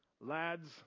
lads